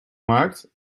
markt